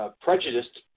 prejudiced